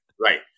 Right